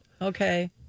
Okay